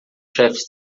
chefes